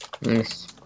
Yes